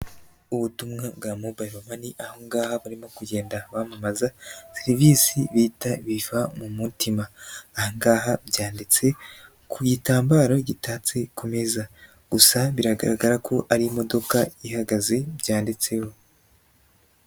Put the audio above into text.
Ubutumwa bwa mobile mani ahangaha barimo kugenda bamamaza serivisi bita biva mu mutima aha ngaha byanditse ku gitambaro gitatse ku meza gusa biragaragara ko ari imodoka ihagaze byanditseho.